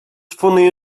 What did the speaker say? funny